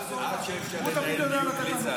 עד שאפשר לנהל דיון בלי צד.